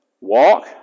walk